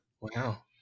Wow